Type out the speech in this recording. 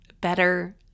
better